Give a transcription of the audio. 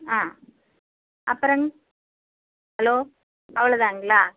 ஆ அப்பறங்க ஹலோ அவ்வளோ தாங்களா